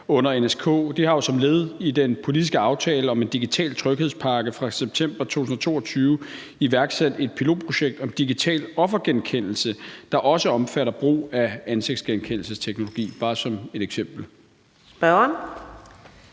under NSK som led i den politiske aftale om en digital tryghedspakke fra september 2022 iværksat et pilotprojekt om digital offergenkendelse, der også omfatter brug af ansigtsgenkendelsesteknologi – bare som et eksempel. Kl.